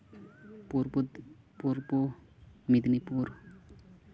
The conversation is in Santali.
ᱯᱩᱨᱵᱚ ᱯᱩᱨᱵᱚ ᱢᱮᱫᱽᱱᱤᱯᱩᱨ